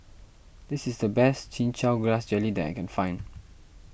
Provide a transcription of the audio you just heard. this is the best Chin Chow Grass Jelly that I can find